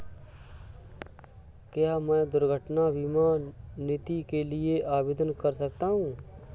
क्या मैं दुर्घटना बीमा नीति के लिए आवेदन कर सकता हूँ?